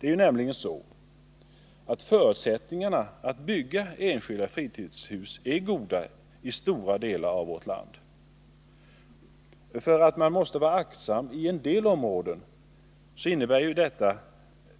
Det är nämligen så att förutsättningarna för att bygga enskilda fritidshus är goda i stora delar av vårt land. Att man måste vara aktsam i en del områden innebär